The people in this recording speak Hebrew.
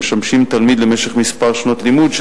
שמשמשים תמיד למשך כמה שנות לימוד,